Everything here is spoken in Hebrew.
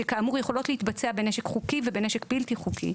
שכאמור יכולות להתבצע בנשק חוקי ובנשק בלתי חוקי,